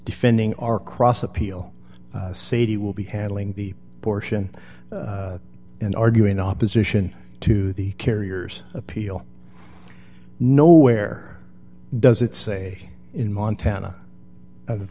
defending our cross appeal cd will be handling the portion and argue in opposition to the carriers appeal nowhere does it say in montana of